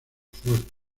fuertes